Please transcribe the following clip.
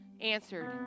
answered